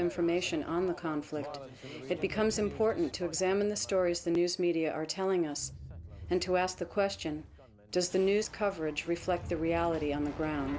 information on the conflict it becomes important to examine the stories the news media are telling us and to ask the question does the news coverage reflect the reality on the ground